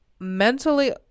mentally